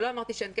לא אמרתי שאין קשר,